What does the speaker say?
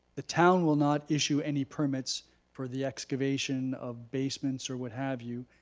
the town will not issue any permits for the excavation of basements or what have you,